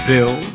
Bill